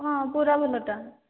ହଁ ପୁରା ଭଲଟା